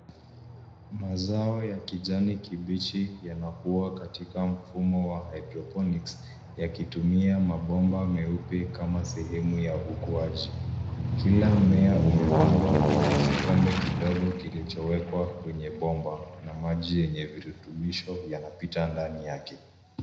Mazao ya kijani kibichi, yanakua katika mfumo wa hydroponics , yakitumia mabomba meupe kama sehemu ya ukuaji, kila mmea umepandwa kwenye kikombe kidogo kilichowekwa kwenye bomba, na maji yenye virutubisho yanapita ndani yake.